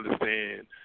understand